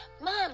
Mom